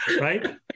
right